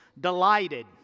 Delighted